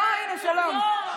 אין לכם, תלכו הביתה.